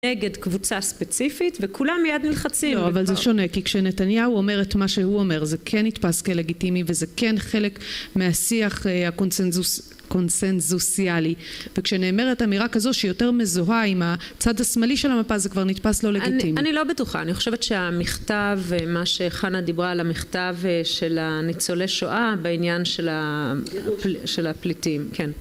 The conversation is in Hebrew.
נגד קבוצה ספציפית וכולם מיד נלחצים אבל זה שונה כי כשנתניהו אומר את מה שהוא אומר זה כן נתפס כלגיטימי וזה כן חלק מהשיח הקונצנזוסיאלי וכשנאמרת אמירה כזו שהיא יותר מזוהה עם הצד השמאלי של המפה זה כבר נתפס לא לגיטימי אני לא בטוחה אני חושבת שהמכתב מה שחנה דיברה על המכתב של הניצולי שואה בעניין של הפליטים